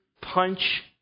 punch